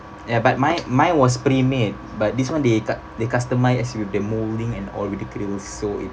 ya but mine mine was pre-made but this one they cut~ they customised as with the moulding and all with all the grills so